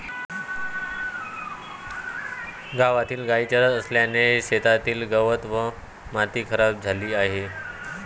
गावातील गायी चरत असल्याने शेतातील गवत व माती खराब झाली आहे